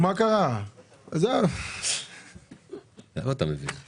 על מה אנחנו משלמים להם?